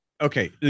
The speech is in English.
Okay